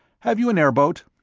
have you an airboat?